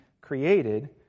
created